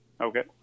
Okay